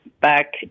back